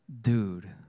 dude